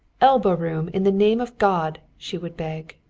elbow-room, in the name of god, she would beg.